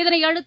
இதனையடுத்து